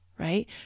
right